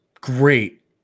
great